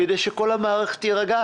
כדי שכל המערכת תירגע.